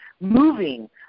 moving